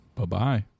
Bye-bye